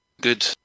good